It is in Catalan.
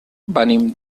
venim